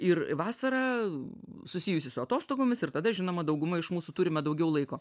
ir vasara susijusi su atostogomis ir tada žinoma dauguma iš mūsų turime daugiau laiko